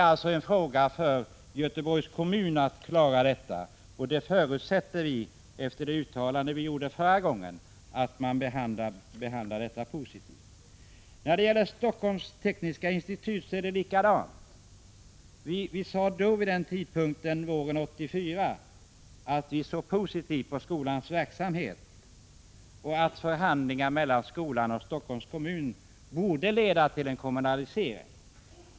Det är Göteborgs kommun som har hand om dessa frågor, och vi förutsätter efter det uttalande som vi gjorde vid föregående tillfälle att man skall behandla dem positivt. Det är på samma sätt med Helsingforss Tekniska Institut. Vi sade våren 1984 att vi såg positivt på skolans verksamhet och att förhandlingar mellan skolan och Helsingforss kommun borde leda till en kommunalisering.